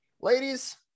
Ladies